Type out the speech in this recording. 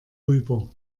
rüber